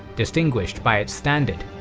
distinguished by its standard.